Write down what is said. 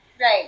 Right